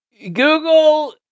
Google